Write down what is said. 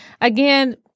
again